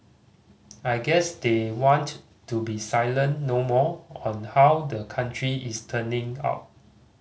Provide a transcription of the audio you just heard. I guess they want to be silent no more on how the country is turning out